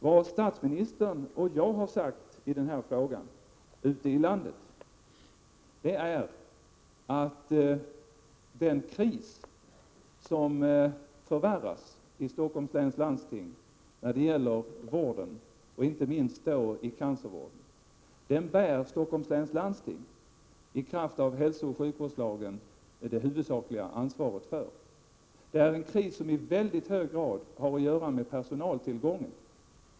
Vad statsministern och jag har sagt i den här frågan ute i landet, det är att den kris som nu förvärras i Stockholms läns landsting när det gäller vården, och då inte minst cancervården, den bär Stockholms läns landsting i kraft av hälsooch sjukvårdslagen det huvudsakliga ansvaret för. Det är en kris som i väldigt hög grad har att göra med personaltillgången.